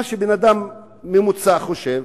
מה שבן-אדם ממוצע חושב,